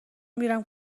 میرم